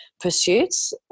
pursuits